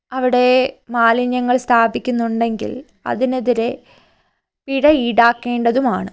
അവിടെ മാലിന്യങ്ങൾ സ്ഥാപിക്കുന്നുണ്ടെങ്കിൽ അതിനെതിരെ പിഴ ഈടാക്കേണ്ടതുമാണ്